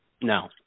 No